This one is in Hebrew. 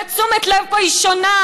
ותשומת הלב פה היא שונה,